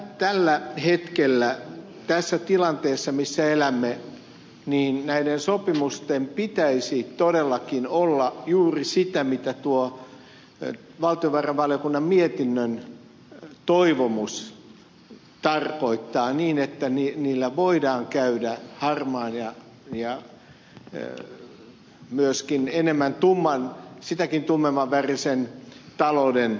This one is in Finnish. tällä hetkellä tässä tilanteessa missä elämme näiden sopimusten pitäisi todellakin olla juuri sitä mitä tuo valtiovarainvaliokunnan mietinnön toivomus tarkoittaa niin että niillä voidaan käydä harmaan ja myöskin enemmän tumman sitäkin tummemmanvärisen talouden kimppuun